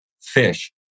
fish